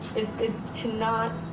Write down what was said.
is to not.